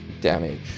damage